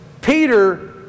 Peter